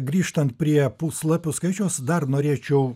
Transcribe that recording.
grįžtant prie puslapių skaičiaus dar norėčiau